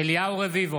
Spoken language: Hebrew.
אינו נוכח